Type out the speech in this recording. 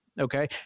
Okay